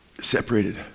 separated